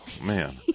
man